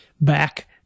back